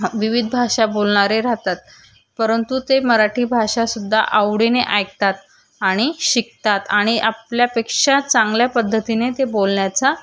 वि विविध भाषा बोलणारे राहतात परंतु ते मराठी भाषासुद्धा आवडीने ऐकतात आणि शिकतात आणि आपल्यापेक्षा चांगल्या पद्धतीने ते बोलण्याचा